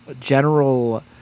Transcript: general